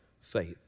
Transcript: faith